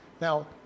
Now